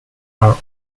are